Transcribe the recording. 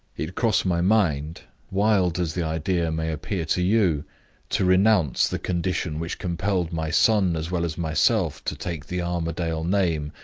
it crossed my mind wild as the idea may appear to you to renounce the condition which compelled my son as well as myself to take the armadale name,